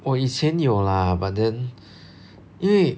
我以前有 lah but then 因为